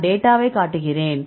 நான் டேட்டாவைக் காட்டுகிறேன்